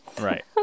Right